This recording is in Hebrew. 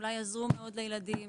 אולי גם עזרו מאוד מאוד לילדים,